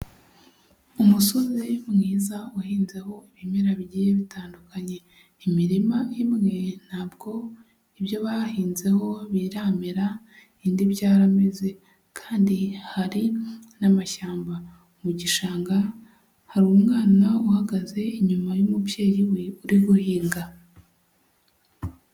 Umusozi mwiza uhinzeho ibimera bigiye bitandukanye, imirima imwe ntabwo ibyo bahinzeho biramera indi byarameze kandi hari n'amashyamba, mu gishanga hari umwana uhagaze inyuma y'umubyeyi we uri guhinga.